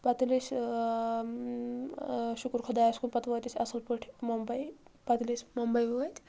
پتہٕ ییٚلہِ أسۍ شُکر خۄدایس کُن پتہٕ وٲتۍ أسۍ اصل پٲٹھۍ ممبے پتہٕ ییٚلہِ أسۍ ممبے وٲتۍ